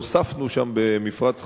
והוספנו שם במפרץ חיפה,